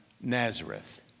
Nazareth